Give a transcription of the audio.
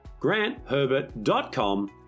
grantherbert.com